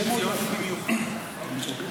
אדוני.